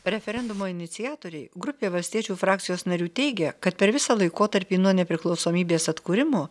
referendumo iniciatoriai grupė valstiečių frakcijos narių teigia kad per visą laikotarpį nuo nepriklausomybės atkūrimo